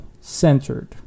centered